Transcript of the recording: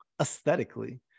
aesthetically